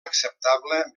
acceptable